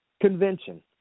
convention